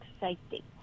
safety